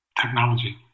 technology